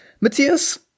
Matthias